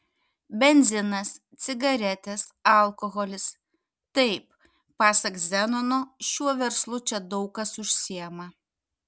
benzinas cigaretės alkoholis taip pasak zenono šiuo verslu čia daug kas užsiima